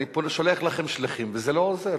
אני שולח אליכם שליחים וזה לא עוזר.